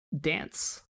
dance